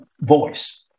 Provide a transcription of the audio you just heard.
voice